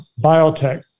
biotech